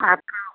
आपकाे